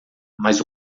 mas